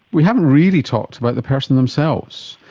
we haven't really talked about the persons themselves.